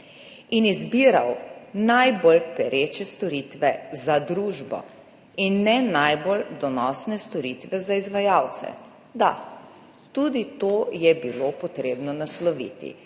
in izbiral najbolj pereče storitve za družbo in ne najbolj donosnih storitev za izvajalce. Da, tudi to je bilo potrebno nasloviti.